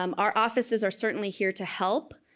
um our offices are certainly here to help.